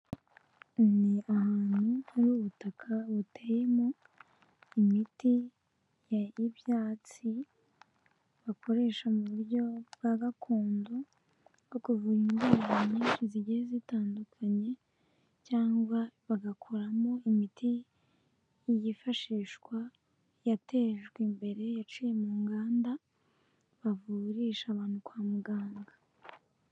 Ni ahantu hari ubutaka buteyemo imiti y'ibyatsi bakoresha mu buryo bwa gakondo bwo kuvura indwara nyinshi zigiye zitandukanye cyangwa bagakoramo imiti yifashishwa yatejwe imbere yaciye mu nganda bavurisha abantu kwa muganga.